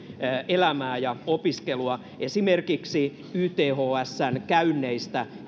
elämää ja opiskelua esimerkiksi ythsn käynneistä